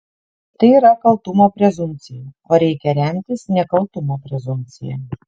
tai yra kaltumo prezumpcija o reikia remtis nekaltumo prezumpcija